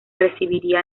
recibiría